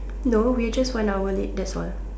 no we are just one hour late that's all